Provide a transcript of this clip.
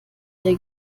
der